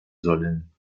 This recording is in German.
sollen